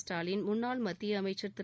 ஸ்டாலின் முன்னாள் மத்திய அமைச்சர் திரு